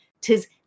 tis